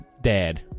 Dad